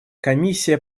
комиссия